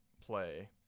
play